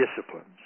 disciplines